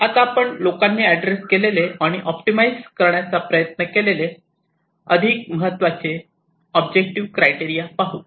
आता आपण लोकांनी एड्रेस केलेले आणि ऑप्टिमाइझ करण्याचा प्रयत्न केलेले अधिक महत्त्वाचे ऑब्जेक्टिव्ह क्राईटरिया पाहू